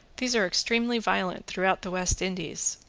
these are extremely violent throughout the west indies,